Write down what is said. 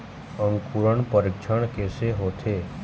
अंकुरण परीक्षण कैसे होथे?